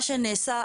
מה שנעשה,